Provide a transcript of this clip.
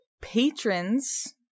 patrons